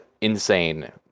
insane